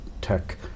tech